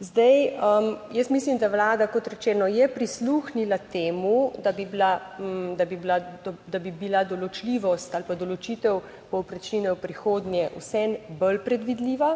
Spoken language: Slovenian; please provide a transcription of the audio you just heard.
Zdaj jaz mislim, da Vlada kot rečeno, je prisluhnila temu, da bi bila, da bi bila, da bi bila določljivost ali pa določitev povprečnine v prihodnje vseeno bolj predvidljiva,